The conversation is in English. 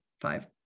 five